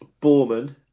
Borman